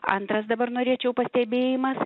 antras dabar norėčiau pastebėjimas